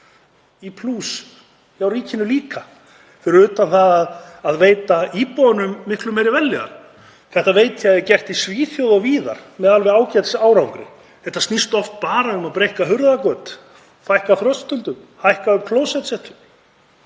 í plús hjá ríkinu líka, fyrir utan það að veita íbúunum miklu meiri vellíðan. Þetta veit ég að gert er í Svíþjóð og víðar með ágætisárangri. Þetta snýst oft bara um að breikka hurðargöt, fækka þröskuldum, hækka klósettsetu.